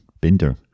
Binder